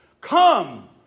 Come